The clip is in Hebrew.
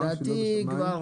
פעם